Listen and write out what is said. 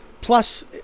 Plus